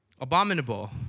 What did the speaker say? abominable